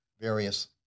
various